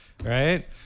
right